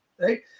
Right